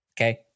Okay